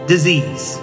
disease